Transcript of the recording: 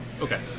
Okay